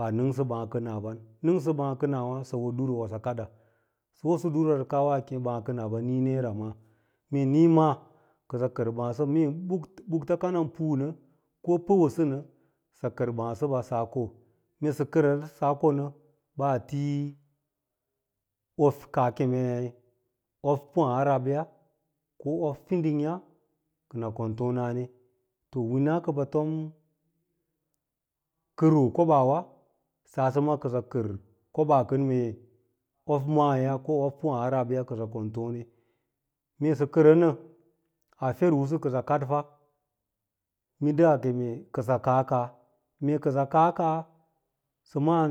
Baa nəngsə ɓaa kən aa ban, nəngse baa kənaawan sə wo duru wosə kada, sə wosə ɗur wosə kadiwa a kene baa kənaba nii nera, maa, mee nii maa kər baasəba mee ɓukta kana pu nə ko mee sə kərər saa konə baa ti ofe kaa kemei ofe pu ahaa rabya ko of fidingya kənə kon tonane winaa kə bə tom kəroo kobaawa saase ma kə sə kər kobaa ken mce of maaya ko of pu ahaa rabya kə nə kon tone mee sə kəeə nə a ferlusu kəsə kadfa minda a keme kəsə kaa kaa, mee kəsə kaa kaa sə maan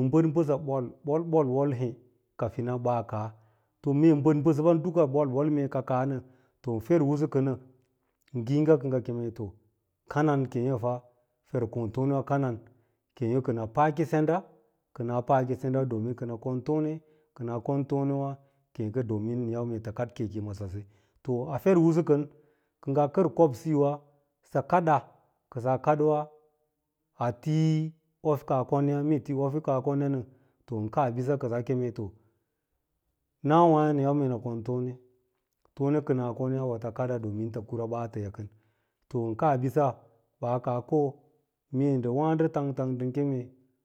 ən bəd mbəsa bol-bol bol-bol- he kafin nan pa kaa, mee ɓəd bəsə lan duka bol-bol-bol me ka kaa nə ferlusu kənə ngiiga kə ngə keme to kanan keeya fa fer kon tonnewa kənaa paa ki sandawa kənə ko tone, kən aa kn to newa ke ngə dəmin ən yau mee tə kad keke ma sase, to a ferkusu kən ngaa kər kobsiyo wa sə kada, kəsaa kadiwa ati of kaa konya mee ti of kaa konyain kaabisa kə ngaa keme to nawai nən yau nə kon tone tone kə naa konya wotə kada tə kura batəya kən, to ən kaabisa baa ka ko mee ndə wa a do tangtang.